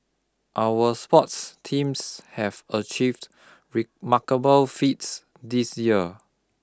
our sports teams have achieved remarkable feats this year